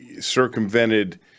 circumvented